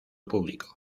público